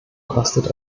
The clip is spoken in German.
kostet